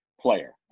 player